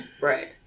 Right